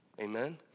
Amen